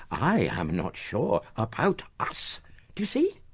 i'm not sure about us. do you see?